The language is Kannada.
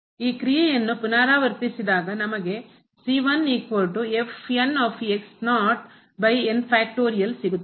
ಈ ಕ್ರಿಯೆಯನ್ನು ಪುನರಾವರ್ತಿಸಿದಾಗ ನಮಗೆ ಸಿಗುತ್ತದೆ